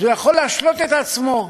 הוא יכול להשלות את עצמו,